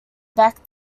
back